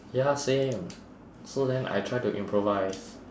ya same so then I try to improvise